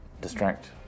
distract